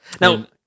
Now